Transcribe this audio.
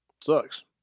Sucks